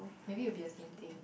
maybe will be the same thing